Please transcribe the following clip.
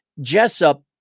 Jessup